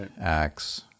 Acts